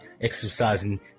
exercising